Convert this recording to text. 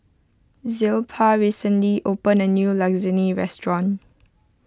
Zilpah recently opened a new Lasagne restaurant